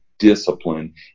discipline